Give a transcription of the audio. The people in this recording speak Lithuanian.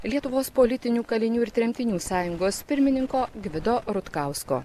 lietuvos politinių kalinių ir tremtinių sąjungos pirmininko gvido rutkausko